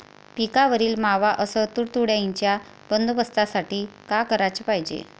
पिकावरील मावा अस तुडतुड्याइच्या बंदोबस्तासाठी का कराच पायजे?